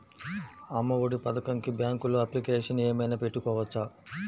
అమ్మ ఒడి పథకంకి బ్యాంకులో అప్లికేషన్ ఏమైనా పెట్టుకోవచ్చా?